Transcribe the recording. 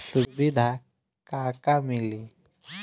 सुविधा का का मिली?